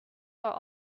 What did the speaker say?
are